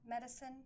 medicine